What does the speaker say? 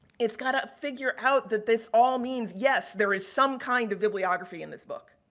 it's got to figure out that this all means yes there is some kind of bibliography in this book.